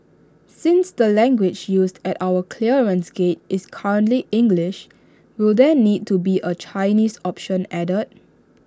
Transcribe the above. since the language used at our clearance gates is currently English will there need to be A Chinese option added